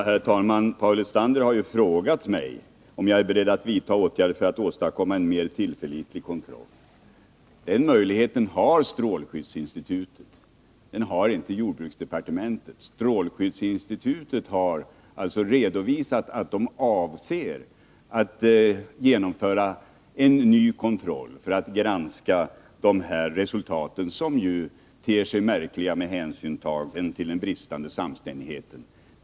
Herr talman! Paul Lestander har ju frågat mig om jag är beredd att vidta åtgärder för att åstadkomma en mer tillförlitlig kontroll. Den möjligheten har strålskyddsinstitutet, inte jordbruksdepartementet. Strålskyddsinstitutet har redovisat att det avser att genomföra en ny kontroll för att granska resultaten, som ter sig märkliga med tanke på bristen på samstämmighet.